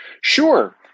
Sure